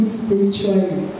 spiritually